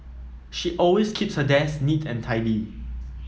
she always keeps her desk neat and tidy